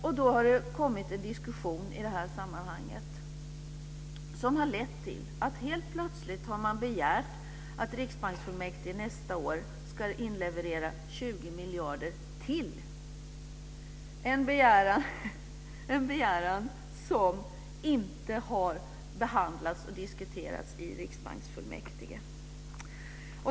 Och då har det förts en diskussion i detta sammanhang som har lett till att man helt plötsligt har begärt att riksbanksfullmäktige nästa år ska inleverera 20 miljarder till, en begäran som inte har behandlats och diskuterats i riksbanksfullmäktige.